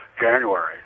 January